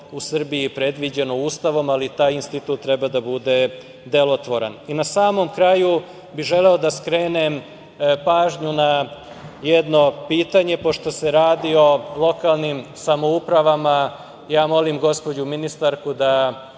u Srbiji predviđeno Ustavom, ali taj institut treba da bude delotvoran. Na samom kraju, želeo bih da skrenem pažnju na jedno pitanje. Pošto se radi o lokalnim samoupravama, molim gospođu ministarku da